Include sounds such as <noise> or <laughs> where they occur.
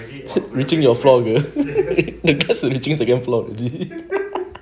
you think your floor will <laughs> the grass will be three second on the floor already